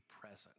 present